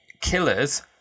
killers